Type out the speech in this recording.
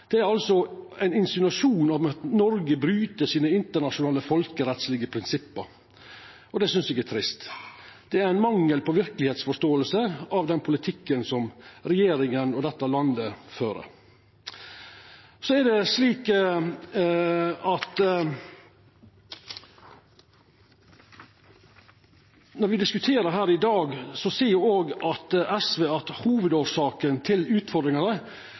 Det er ein insinuasjon om at Noreg bryt dei internasjonale folkerettslege prinsippa, og det synest eg er trist. Det er ein mangel på verkelegheitsforståing av den politikken som regjeringa, dette landet, fører. Når me diskuterer her i dag, seier SV at hovudårsaka til utfordringane er at veldig mange menneske er på flukt. Det er nødvendigvis ikkje det at